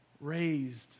raised